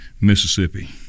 Mississippi